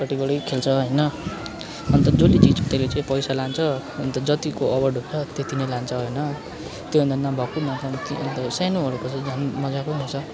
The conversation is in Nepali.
पट्टिबाटै खेल्छ होइन अन्त जसले जित्छ त्यसले चाहिँ पैसा लान्छ अन्त जतिको अवार्ड हुन्छ त्यति नै लान्छ होइन त्योभन्दा नभएको न कम्ती अन्त सानोहरूको झन् मजाको हुन्छ